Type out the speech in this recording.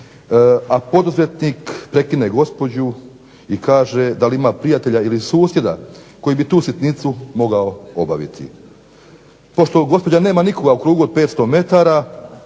a poduzetnik prekine gospođu i kaže da li ima prijatelja ili susjeda koji bi tu sitnicu mogao obaviti. Pošto gospođa nema nikoga u krugu od 500 m onda